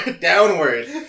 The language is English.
downward